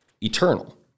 eternal